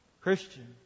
Christian